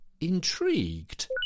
Intrigued